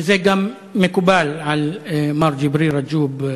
וזה גם מקובל על מר ג'יבריל רג'וב,